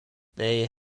they